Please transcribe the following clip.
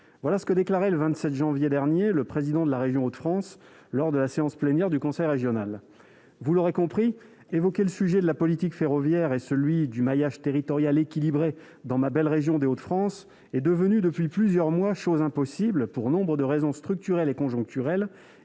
voilà ce que déclarait le 27 janvier dernier le président de la région Hauts-de-France lors de la séance plénière du conseil régional, vous l'aurez compris évoquer le sujet de la politique ferroviaire et celui du maillage territorial équilibré dans ma belle région des Hauts-de-France est devenue, depuis plusieurs mois, chose impossible, pour nombre de raisons structurelles et conjoncturelles